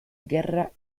guerra